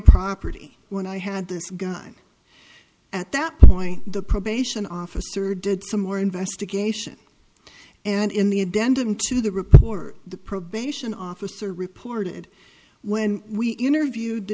property when i had this gun at that point the probation officer did some more investigation and in the a dent into the report the probation officer reported when we interviewed the